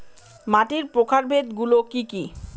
মাটির প্রকারভেদ গুলো কি কী?